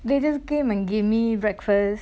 they just came and give me breakfast